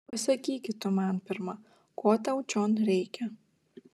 pasakyki tu man pirma ko tau čion reikia